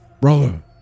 Brother